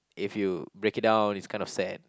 if you break it down it's kind of sad